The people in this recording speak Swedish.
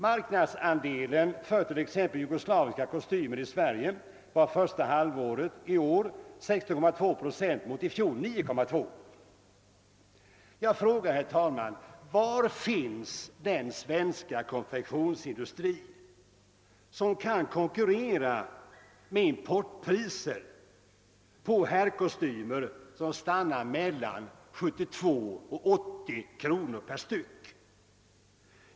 Marknadsandelen för jugoslaviska kostymer i Sverige var under första halvåret i år 16,2 procent mot 9,2 procent i fjol. Jag frågar: Var finns den svenska konfektionsindustri som kan konkurrera med importpriser på mellan 72 och 75 kronor per kostym?